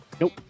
Nope